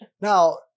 Now